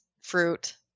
fruit